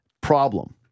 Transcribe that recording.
Problem